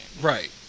Right